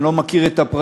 אני לא מכיר את הפרטים,